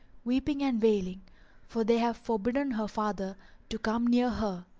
weeping and wailing for they have forbidden her father to come near her.